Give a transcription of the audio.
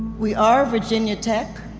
we are virginia tech.